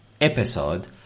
episode